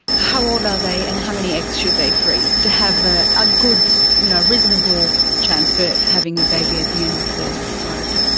how old are they and how many eggs should they freeze to have a ah good you know reasonable chance for having a baby at the end of the road?